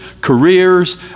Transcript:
careers